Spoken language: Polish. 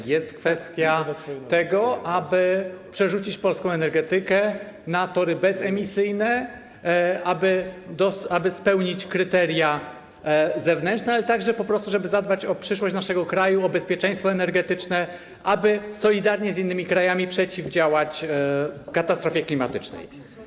To jest kwestia tego, aby przekierować polską energetykę na tory bezemisyjne, aby spełnić kryteria zewnętrzne, ale także po prostu żeby zadbać o przyszłość naszego kraju, o bezpieczeństwo energetyczne, aby solidarnie z innymi krajami przeciwdziałać katastrofie klimatycznej.